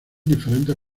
diferentes